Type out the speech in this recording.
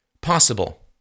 possible